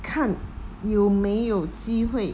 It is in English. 看有没有机会